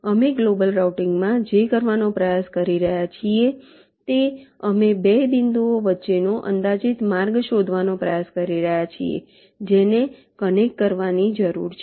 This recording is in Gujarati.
અમે ગ્લોબલ રાઉટિંગ માં જે કરવાનો પ્રયાસ કરી રહ્યા છીએ તે અમે 2 બિંદુઓ વચ્ચેનો અંદાજિત માર્ગ શોધવાનો પ્રયાસ કરી રહ્યા છીએ જેને કનેક્ટ કરવાની જરૂર છે